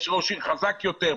יש ראש עיר חזק יותר,